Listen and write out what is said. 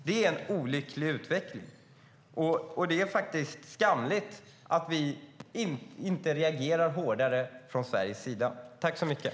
Det är en olycklig utveckling. Det är skamligt att Sverige inte reagerar starkare.